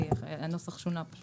הנוסח שונה.